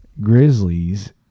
Grizzlies